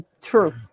True